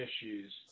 issues